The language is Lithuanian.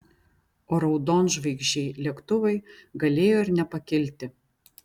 o raudonžvaigždžiai lėktuvai galėjo ir nepakilti